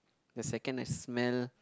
the second I smell